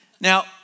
Now